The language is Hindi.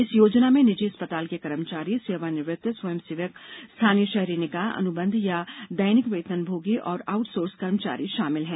इस योजना में निजी अस्पताल के कर्मचारी सेवानिवृत्त स्वयंसेवक स्थानीय शहरी निकाय अनुबंध या दैनिक वेतनभोगी और आउटसोर्स कर्मचारी शामिल हैं